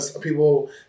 people